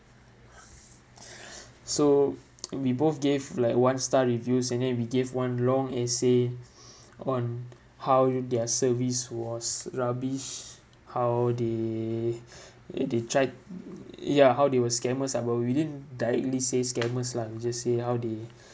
so we both gave like one star reviews and then we gave one long essay on how their service was rubbish how they ~ ey they tried ya how they were scammers ah but we didn't directly say scammers lah we just say how they